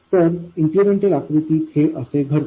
तर इन्क्रिमेंटल आकृतीत हे असे घडते